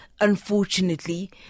unfortunately